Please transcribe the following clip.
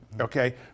okay